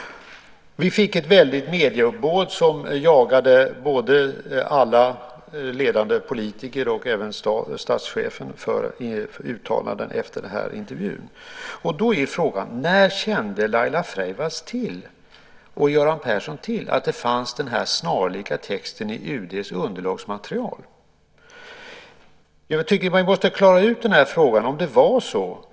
Vi fick ett väldigt medieuppbåd som jagade både alla ledande politiker och statschefen för uttalanden efter den här intervjun. Då är frågan: När kände Laila Freivalds och Göran Persson till att det fanns den här snarlika texten i UD:s underlagsmaterial? Man måste klara ut den frågan.